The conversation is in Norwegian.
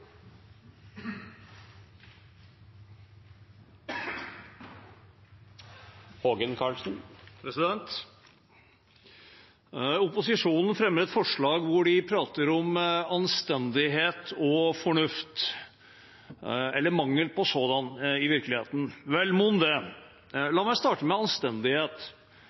Opposisjonen fremmer et forslag hvor de prater om anstendighet og fornuft, eller mangel på sådant i virkeligheten – vel, mon det. La meg starte med